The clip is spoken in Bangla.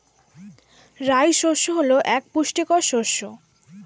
রাই শস্য হল এক পুষ্টিকর শস্য